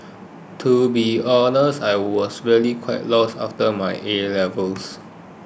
to be honest I was really quite lost after my A levels